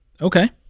Okay